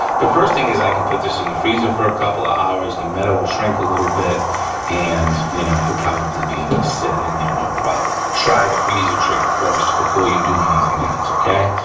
the first thing is i can put this in the freezer for a couple of hours, the metal will shrink a little bit and you know, you'll probably be able to sit it in there, no problem. try the freezer trick first before you do anything else, okay?